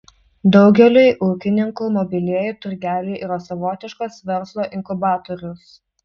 daugeliui ūkininkų mobilieji turgeliai yra savotiškas verslo inkubatorius